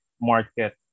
market